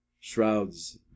shrouds